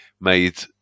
made